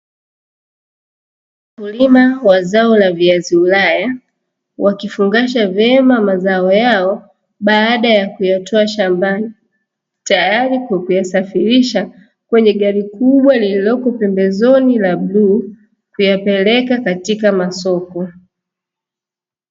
Mkulima wa zao la viazi ulaya, wakifungasha vyema mazao yao, baada ya kuyatoa shambani. Tayari kwa kuyasafirisha kwenye gari Kubwa lililopo pembezoni rangi ya bluu kuyapeleka katika masoko.